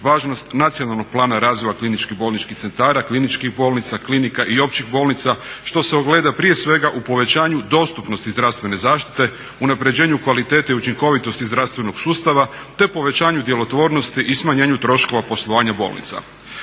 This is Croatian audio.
važnost Nacionalnog plana razvoja kliničkih bolničkih centara, kliničkih bolnica, klinika i općih bolnica što se ogleda prije svega u povećanju dostupnosti zdravstvene zaštite, unapređenju kvalitete i učinkovitosti zdravstvenog sustava te povećanju djelotvornosti i smanjenju troškova poslovanja bolnica.